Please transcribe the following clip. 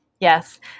yes